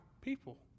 people